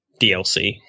DLC